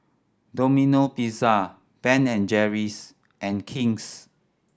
Domino Pizza Ben and Jerry's and King's